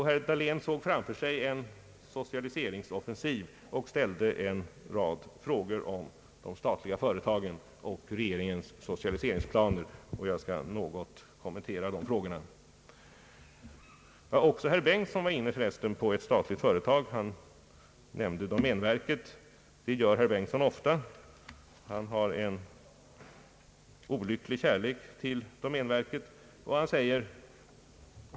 Herr Dahlén såg framför sig en socialiseringsoffensiv och ställde en rad frågor om de statliga företagen och regeringens socialiseringsplaner. Jag skall något kommentera dessa frågor. även herr Bengtson talade om ett statligt företag, nämligen domänverket. Det gör herr Bengtson ofta. Han hyser en olycklig kärlek till domänverket.